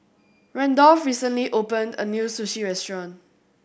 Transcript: Randolph recently opened a new Sushi Restaurant